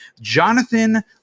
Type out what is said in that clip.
Jonathan